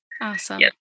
Awesome